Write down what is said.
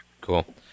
Cool